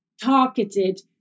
targeted